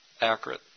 accurate